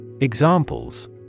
Examples